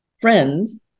friends